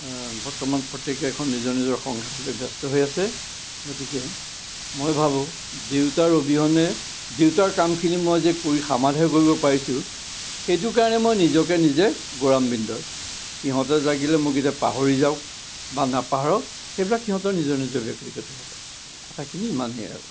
বৰ্তমান প্ৰত্যেকে এখন নিজৰ নিজৰ সংসাৰতে ব্যস্ত হৈ আছে গতিকে মই ভাবো দেউতাৰ অবিহনে দেউতাৰ কামখিনি মই যে কৰি সমাধা কৰিব পাৰিছো সেইটো কাৰণে মই নিজকে নিজে গৌৰৱান্বিত সিহঁতে লাগিলে মোক এতিয়া পাহৰি যাওক বা নাপাহৰক সেইবিলাক সিহঁতৰ নিজৰ নিজৰ ব্যক্তিগত কথা কথাখিনি ইমানেই আৰু